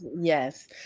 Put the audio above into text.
yes